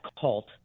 cult